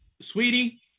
sweetie